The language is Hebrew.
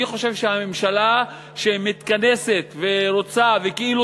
אני חושב שהממשלה שמתכנסת ורוצה וכאילו